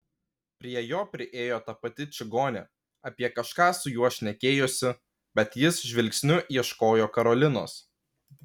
prie jo priėjo ta pati čigonė apie kažką su juo šnekėjosi bet jis žvilgsniu ieškojo karolinos